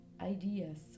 ideas